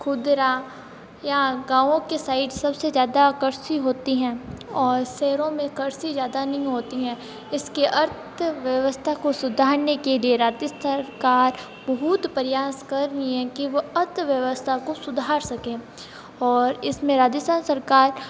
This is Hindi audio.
खुदरा या गाँवों के साइड सब से ज़्यादा कृषि होती हैं और शहरों में कृषि ज़्यादा नहीं होती हैं इस के अर्थव्यवस्था को सुधारने के लिए राजस्थान का बहुत प्रयास कर रही है कि वो अर्थव्यवस्था को सुधार सके और इस में राजस्थान सरकार सरकार